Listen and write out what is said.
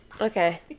Okay